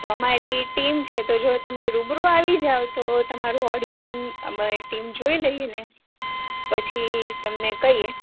તો અમારી ટીમ છે જો તમે રૂબરૂ આવી જાઓ તો તમારું ઓડીશન અમારી ટીમ જોઈ લઈએ ને પછી તમને કહીએ